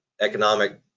economic